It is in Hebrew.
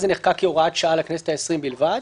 אז זה נחקק כהוראת שעה לכנסת העשרים בלבד,